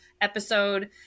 episode